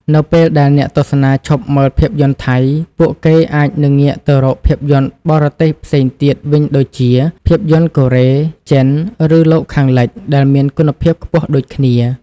នៅពេលដែលអ្នកទស្សនាឈប់មើលភាពយន្តថៃ ពួកគេអាចនឹងងាកទៅរកភាពយន្តបរទេសផ្សេងទៀតវិញដូចជា ភាពយន្តកូរ៉េ ចិន ឬលោកខាងលិច ដែលមានគុណភាពខ្ពស់ដូចគ្នា។